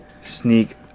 Sneak